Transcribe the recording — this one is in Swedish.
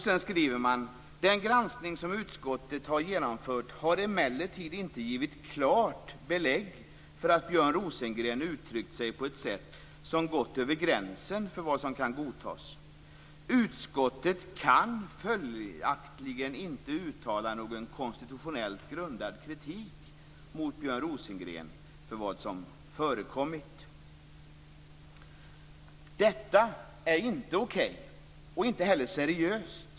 Sedan skriver man: "Den granskning som utskottet har genomfört har emellertid inte givit klart belägg för att Björn Rosengren uttryckt sig på ett sätt som gått över gränsen för vad som kan godtas. Utskottet kan följaktligen inte uttala någon konstitutionellt grundad kritik mot Björn Rosengren för vad som förekommit." Detta är inte okej och inte heller seriöst.